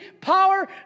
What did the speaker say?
power